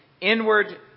inward